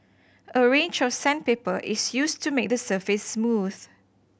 a range of sandpaper is used to make the surface smooth